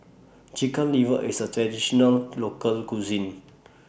Chicken Liver IS A Traditional Local Cuisine